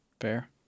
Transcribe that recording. fair